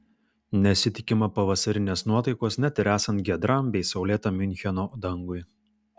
nesitikima pavasarinės nuotaikos net ir esant giedram bei saulėtam miuncheno dangui